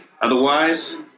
Otherwise